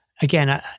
again